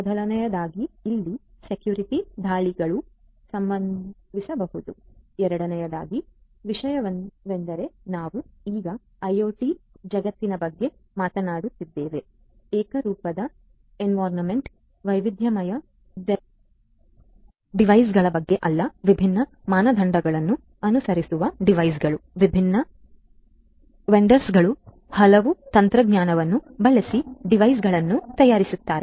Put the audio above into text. ಮೊದಲನೆಯದಾಗಿಇಲ್ಲಿ security ದಾಳಿಗಳು ಸಂಭವಿಸಬಹುದು ಎರಡನೆಯ ವಿಷಯವೆಂದರೆ ನಾವು ಈಗ ಐಒಟಿ ಜಗತ್ತಿನ ಬಗ್ಗೆ ಮಾತನಾಡುತ್ತಿದ್ದೇವೆ ಏಕರೂಪದ ಎನ್ವಿರಾನ್ಮೆಂಟ್ ವೈವಿಧ್ಯಮಯ ಡೆವಿಸ್ಸ್ಗಳ ಬಗ್ಗೆ ಅಲ್ಲ ವಿಭಿನ್ನ ಮಾನದಂಡಗಳನ್ನು ಅನುಸರಿಸುವ ಡಿವೈಸ್ಗಳು ವಿಭಿನ್ನ ವೆಂಡೋರ್ಸ್ಗಳು ಹಲವು ತಂತ್ರಜ್ಞಾನವನ್ನು ಬಳಸಿ ಡಿವೈಸ್ಗಳ್ಳನ್ನು ತಯಾರಿಸುತ್ತಾರೆ